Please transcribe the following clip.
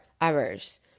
hours